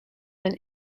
been